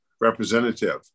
representative